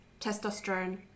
testosterone